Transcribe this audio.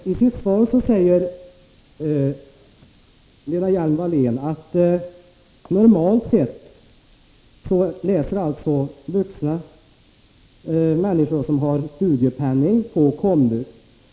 Herr talman! I sitt svar säger Lena Hjelm-Wallén att studerande med studiepenning normalt läser i kommunal vuxenutbildning.